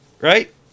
right